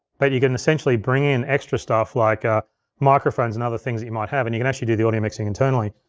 but you can essentially bring in extra stuff, like ah microphones and other things that you might have, and you can actually do the audio mixing internally.